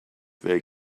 their